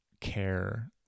care